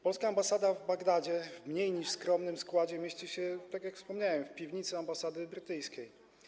Polska ambasada w Bagdadzie w mniej niż skromnym składzie mieści się, tak jak wspomniałem, w piwnicy ambasady brytyjskiej.